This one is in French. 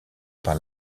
par